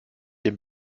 dem